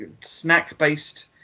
snack-based